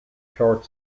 short